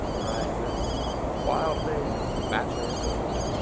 have been wildly, madly adored.